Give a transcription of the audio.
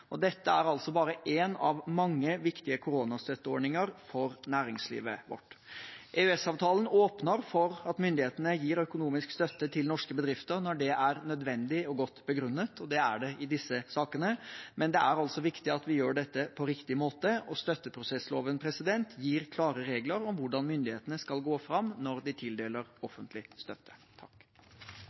Dette er altså bare én av mange viktige koronastøtteordninger for næringslivet vårt. EØS-avtalen åpner for at myndighetene gir økonomisk støtte til norske bedrifter når det er nødvendig og godt begrunnet, og det er det i disse sakene. Men det er altså viktig at vi gjør dette på riktig måte, og støtteprosessloven gir klare regler om hvordan myndighetene skal gå fram når de tildeler offentlig støtte.